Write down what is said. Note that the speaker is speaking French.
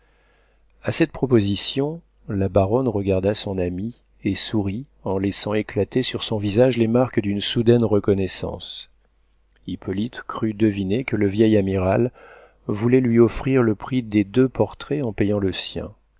a cette proposition la baronne regarda son ami et sourit en laissant éclater sur son visage les marques d'une soudaine reconnaissance hippolyte crut deviner que le vieil amiral voulait lui offrir le prix des deux portraits en payant le sien